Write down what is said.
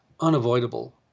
unavoidable